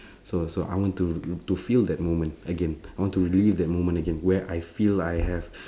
so so I want to to feel that moment again I want to relieve that moment again where I feel I have